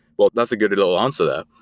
well, that's a good little answer there.